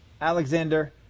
Alexander